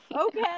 okay